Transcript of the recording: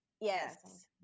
Yes